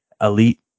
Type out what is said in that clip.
elite